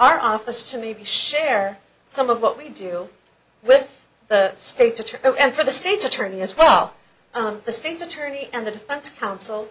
our office to maybe share some of what we do with the states and for the state's attorney as well on the state's attorney and the defense counsel